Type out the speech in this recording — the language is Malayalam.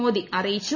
മോദി അറിയിച്ചു